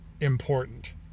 important